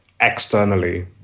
externally